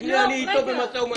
אני אתו במשא ומתן.